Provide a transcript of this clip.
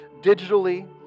digitally